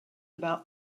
about